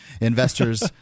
Investors